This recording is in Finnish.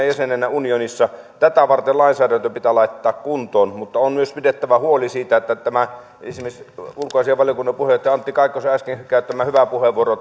jäsenenä unionissa tätä varten lainsäädäntö pitää laittaa kuntoon mutta on myös pidettävä huoli siitä tästä esimerkiksi ulkoasiainvaliokunnan puheenjohtaja antti kaikkonen äsken käytti hyvän puheenvuoron